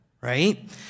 right